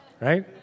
right